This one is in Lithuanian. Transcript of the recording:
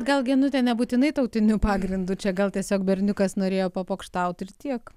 gal genute nebūtinai tautiniu pagrindu čia gal tiesiog berniukas norėjo papokštauti ir tiek